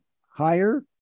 higher